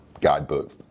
guidebook